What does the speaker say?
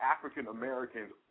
African-Americans